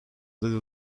little